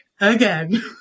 again